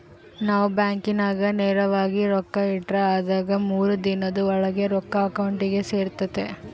ನಾವು ಬ್ಯಾಂಕಿನಾಗ ನೇರವಾಗಿ ರೊಕ್ಕ ಇಟ್ರ ಅದಾಗಿ ಮೂರು ದಿನುದ್ ಓಳಾಗ ರೊಕ್ಕ ಅಕೌಂಟಿಗೆ ಸೇರ್ತತೆ